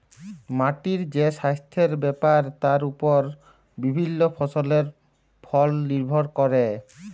মাটির যে সাস্থের ব্যাপার তার ওপর বিভিল্য ফসলের ফল লির্ভর ক্যরে